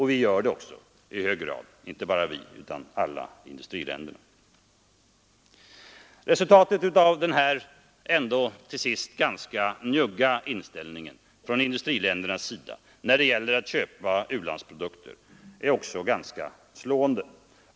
Vi gör det också i hög grad, och inte bara vi här i Sverige, utan alla industriländer. Resultatet av denna njugga inställning från industriländernas sida när det gäller att köpa u-landsprodukter är också slående.